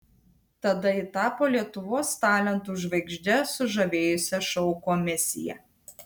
tada ji tapo lietuvos talentų žvaigžde sužavėjusia šou komisiją